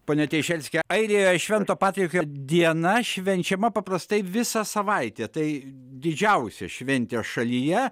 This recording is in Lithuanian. pone teišerski airija švento patriko diena švenčiama paprastai visą savaitę tai didžiausia šventė šalyje